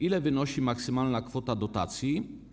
Ile wynosi maksymalna kwota dotacji?